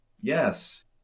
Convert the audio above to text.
Yes